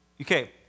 Okay